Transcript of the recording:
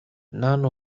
none